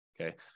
okay